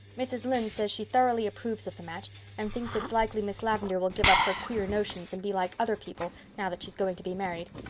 mrs. lynde says she thoroughly approves of the match and thinks its likely miss lavendar will give up her queer notions and be like other people, now that she's going to be married.